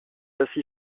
ainsi